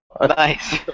Nice